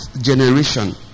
generation